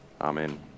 Amen